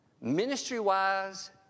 ministry-wise